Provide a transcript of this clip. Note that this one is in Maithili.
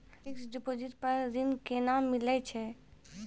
फिक्स्ड डिपोजिट पर ऋण केना मिलै छै?